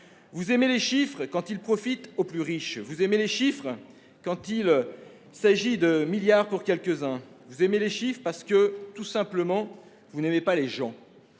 Vous aimez les chiffres quand ils profitent aux plus riches. Vous aimez les chiffres quand il s'agit de milliards d'euros pour quelques-uns. Vous aimez les chiffres, parce que, tout simplement, vous n'aimez pas les gens.